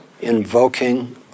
invoking